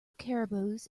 caribous